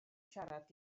siarad